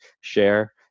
share